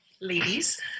ladies